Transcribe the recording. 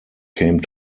came